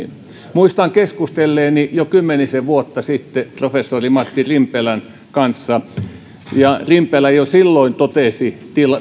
muistan keskustelleeni jo kymmenisen vuotta sitten professori matti rimpelän kanssa ja rimpelä jo silloin totesi